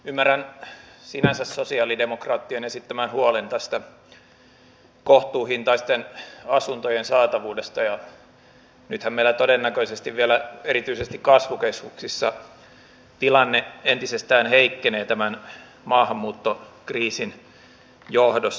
ymmärrän sinänsä sosialidemokraattien esittämän huolen tästä kohtuuhintaisten asuntojen saatavuudesta ja nythän meillä todennäköisesti vielä erityisesti kasvukeskuksissa tilanne entisestään heikkenee tämän maahanmuuttokriisin johdosta